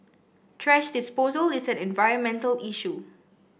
thrash disposal is an environmental issue